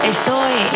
Estoy